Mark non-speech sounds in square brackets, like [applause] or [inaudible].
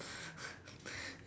[laughs]